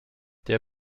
der